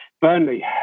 Burnley